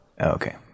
Okay